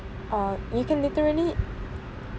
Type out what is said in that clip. uh you can literally